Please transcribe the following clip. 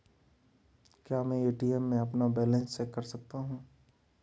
क्या मैं ए.टी.एम में अपना बैलेंस चेक कर सकता हूँ?